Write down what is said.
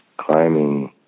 climbing